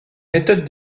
méthodes